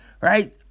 right